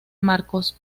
marcos